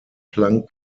planck